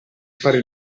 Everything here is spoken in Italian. fare